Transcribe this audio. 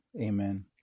Amen